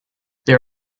there